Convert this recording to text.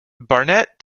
barnett